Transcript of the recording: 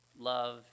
love